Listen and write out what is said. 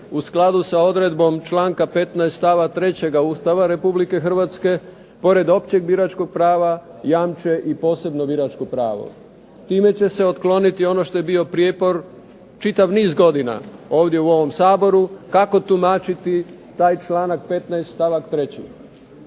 u skladu sa odredbom članka 15. stava 3. Ustava Republike Hrvatske pored općeg biračkog prava jamče i posebno biračko pravo. Time će se otkloniti i ono što je bio prijepor čitav niz godina ovdje u ovom Saboru kako tumačiti taj članak 15. stavak 3.